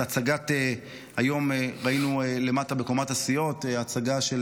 היום ראינו למטה, בקומת הסיעות, הצגה של